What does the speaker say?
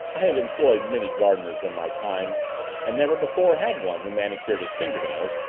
i have employed many gardeners in my time and never before had one who manicured his fingernails,